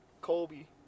Colby